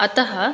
अतः